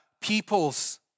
peoples